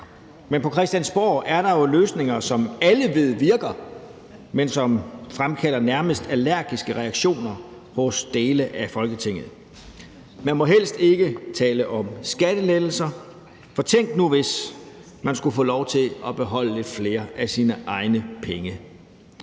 På Christiansborg er der jo løsninger, som alle ved virker, men som fremkalder nærmest allergiske rektioner hos dele af Folketinget: Man må helst ikke tale om skattelettelser, for tænk nu, hvis man skulle få lov til at beholde lidt flere af sine egne penge.